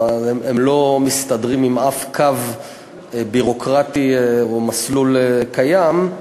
הם לא מסתדרים עם אף קו ביורוקרטי או מסלול קיים.